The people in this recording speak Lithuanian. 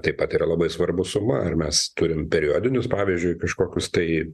taip pat yra labai svarbu suma ar mes turim periodinius pavyzdžiui kažkokius tai